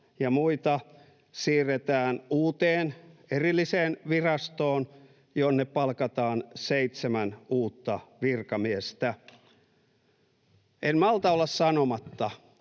ja muita siirretään uuteen erilliseen virastoon, jonne palkataan seitsemän uutta virkamiestä. En malta olla sanomatta,